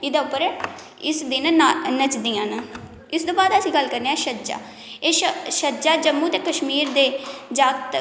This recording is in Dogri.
ते एह्दे उप्पर इस दिन नच्चदियां न इस दे बाद अस गल्ल करने आं छज्जा एह् छज्जा जम्मू ते कशमीर दे जागत्